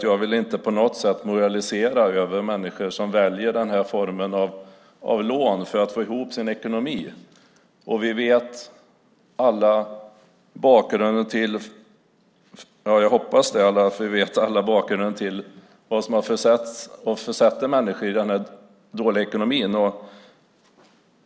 Jag vill inte på något sätt moralisera över människor som väljer den här formen av lån för att få ihop sin ekonomi. Jag hoppas att vi alla vet bakgrunden till att människor har dålig ekonomi.